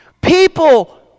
people